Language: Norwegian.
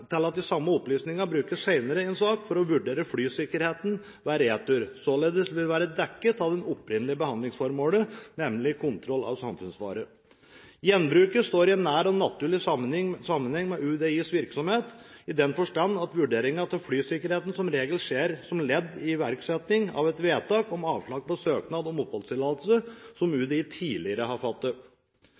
til at de samme opplysningene brukes senere i en sak for å vurdere flysikkerheten ved retur. Informasjonsbehovet vil således være dekket av det opprinnelige behandlingsformålet, nemlig kontroll av samfunnsfare. Gjenbruken står i en nær og naturlig sammenheng med UDIs virksomhet, i den forstand at vurderingen av flysikkerheten som regel skjer som ledd i iverksetting av et vedtak om avslag på søknad om oppholdstillatelse, som UDI tidligere har fattet.